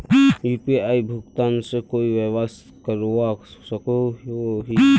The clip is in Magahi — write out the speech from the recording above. यु.पी.आई भुगतान से कोई व्यवसाय करवा सकोहो ही?